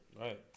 Right